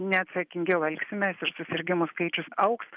neatsakingiau elgsimės ir susirgimų skaičius augs